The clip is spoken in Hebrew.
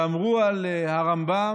אמרו על הרמב"ם,